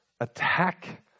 attack